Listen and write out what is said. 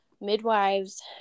midwives